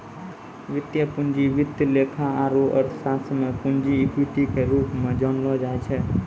वित्तीय पूंजी वित्त लेखा आरू अर्थशास्त्र मे पूंजी इक्विटी के रूप मे जानलो जाय छै